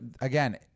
again